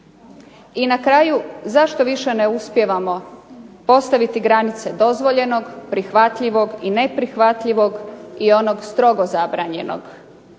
I na kraju zašto više ne uspijevamo postaviti granice dozvoljenog, prihvatljivog i neprihvatljivog i onog strogo zabranjenog?